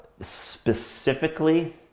specifically